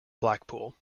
blackpool